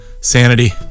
sanity